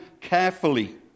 carefully